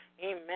Amen